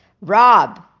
rob